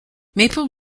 maple